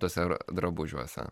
tuose drabužiuose